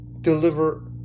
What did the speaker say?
deliver